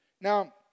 Now